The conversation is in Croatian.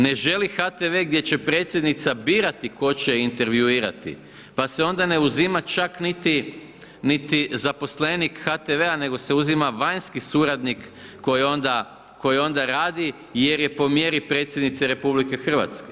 Ne želi HTV gdje će predsjednica birati tko će ju intervjuirati pa se onda ne uzima čak niti zaposlenik HTV-a nego se uzima vanjski suradnik koji onda, koji onda radi jer je po mjeri predsjednice RH.